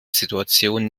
situation